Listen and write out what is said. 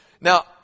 Now